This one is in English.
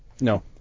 No